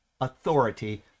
authority